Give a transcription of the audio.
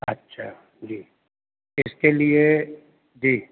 اچھا جی اس کے لیے جی